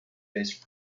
based